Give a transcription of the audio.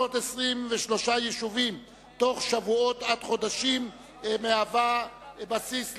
לפנות 23 יישובים בתוך שבועות עד חודשים מהווה בסיס לאי-אמון.